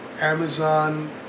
Amazon